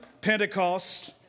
Pentecost